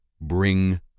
bring